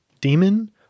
demon